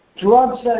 Drugs